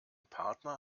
partner